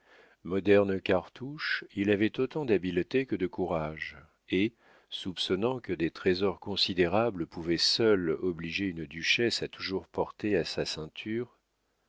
moderne cartouche il avait autant d'habileté que de courage et soupçonnant que des trésors considérables pouvaient seuls obliger une duchesse à toujours porter à sa ceinture